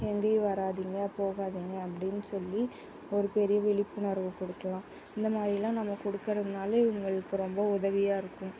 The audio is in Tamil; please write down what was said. எங்கேயும் வராதீங்க போகாதீங்க அப்படின்னு சொல்லி ஒரு பெரிய விழிப்புணர்வு கொடுக்கலாம் இந்த மாதிரிலாம் நம்ம கொடுக்கறதுனால இவங்களுக்கு ரொம்ப உதவியாக இருக்கும்